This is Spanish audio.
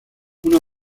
una